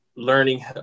Learning